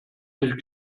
sich